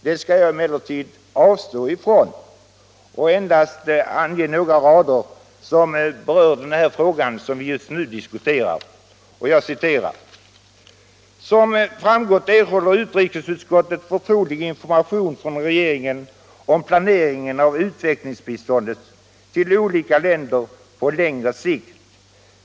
Det skall jag emellertid avstå från att göra och endast ange några rader som berör den fråga som vi just nu diskuterar. Utskottet skriver: ”Som framgått erhåller utrikesutskottet förtrolig information från regeringen om planeringen av utvecklingsbiståndet till olika länder på längre sikt.